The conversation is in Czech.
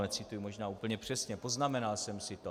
Necituji možná úplně přesně, poznamenal jsem si to.